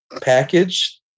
package